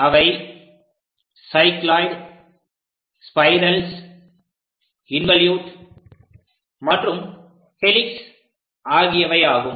அவை cycloid spirals involute மற்றும் helix ஆகியவையாகும்